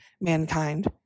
mankind